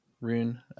rune